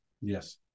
Yes